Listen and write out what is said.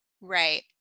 Right